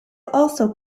also